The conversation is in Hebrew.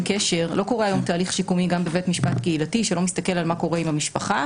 קשר גם בבית משפט קהילתי שלא מסתכל על מה קורה עם המשפחה,